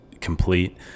complete